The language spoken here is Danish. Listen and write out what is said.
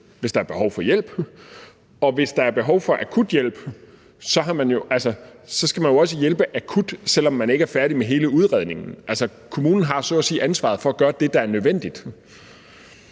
hvis der er behov for hjælp, og hvis der er behov for akut hjælp, så skal man jo også hjælpe akut, selv om man ikke er færdig med hele udredningen. Kommunen har så at sige ansvaret for at gøre det, der er nødvendigt.